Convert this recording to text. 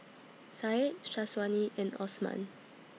Said Syazwani and Osman